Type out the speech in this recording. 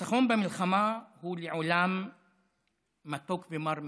ניצחון במלחמה הוא לעולם מתוק ומר מאוד,